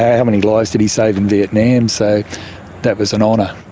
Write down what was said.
how many lives did he save in vietnam. so that was an honour.